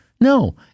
No